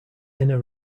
inner